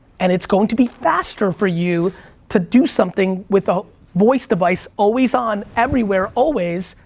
and it's going to be faster for you to do something without voice device always on, everywhere, always,